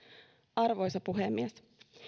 arvoisa puhemies